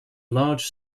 large